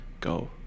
go